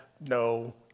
no